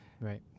right